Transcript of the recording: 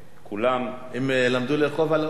הם למדו לרכוב על אופנועים?